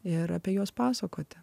ir apie juos pasakoti